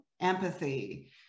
empathy